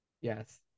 Yes